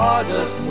August